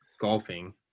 golfing